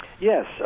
Yes